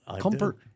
comfort